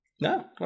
No